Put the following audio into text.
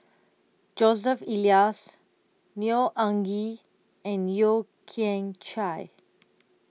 Joseph Elias Neo Anngee and Yeo Kian Chai